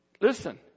Listen